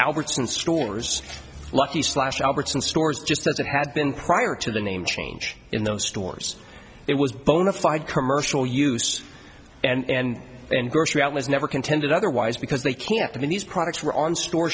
albertsons stores lucky slash albertson's stores just as it had been prior to the name change in those stores it was bonafide commercial use and then grocery outlets never contended otherwise because they can't win these products were on store